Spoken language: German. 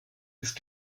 ist